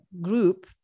group